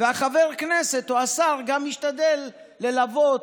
וחבר הכנסת או שר גם משתדל ללוות,